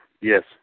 Yes